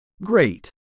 Great